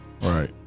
Right